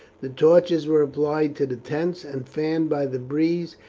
the torches were applied to the tents, and fanned by the breeze,